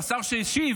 או השר שהשיב,